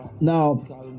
Now